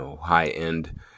high-end